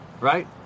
Right